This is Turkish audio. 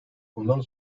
bundan